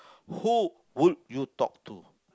who would you talk to